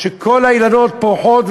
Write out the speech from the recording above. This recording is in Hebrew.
שכל האילנות פורחים,